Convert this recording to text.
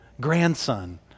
grandson